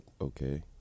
okay